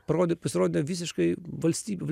parodė pasirodė visiškai valstybių